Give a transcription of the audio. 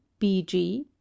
bg